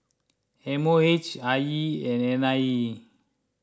M O H I E and N I E